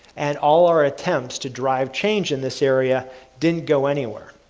and all our attempts to drive change in this area didn't go anywhere.